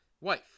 wife